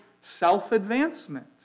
Self-advancement